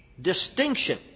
distinction